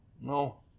No